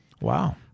Wow